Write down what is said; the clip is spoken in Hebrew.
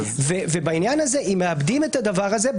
אם מאבדים את העניין הזה,